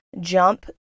jump